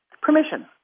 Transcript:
Permission